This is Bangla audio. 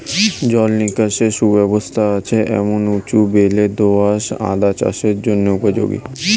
জল নিকাশের সুব্যবস্থা আছে এমন উঁচু বেলে দোআঁশ আদা চাষের জন্য উপযোগী